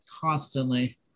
constantly